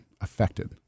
affected